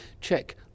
check